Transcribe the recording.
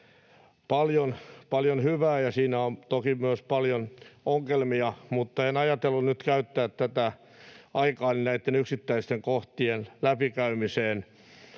paljon hyvää, ja siinä on toki myös paljon ongelmia, mutta en ajatellut nyt käyttää tätä aikaani näitten yksittäisten kohtien läpikäymiseen,